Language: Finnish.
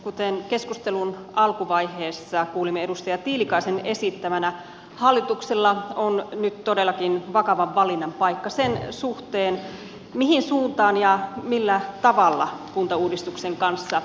kuten keskustelun alkuvaiheessa kuulimme edustaja tiilikaisen esittämänä hallituksella on nyt todellakin vakavan valinnan paikka sen suhteen mihin suuntaan ja millä tavalla kuntauudistuksen kanssa etenemme